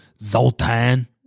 Zoltan